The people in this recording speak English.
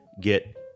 get